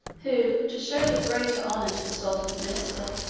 who, to shew the greater honour to the sultan's minister,